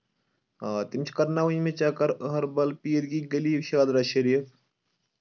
آ تِم چھِ کَرناوٕنۍ مےٚ چکر أہربل پیٖر کی گلی شادرا شریٖف